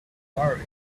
war